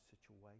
situation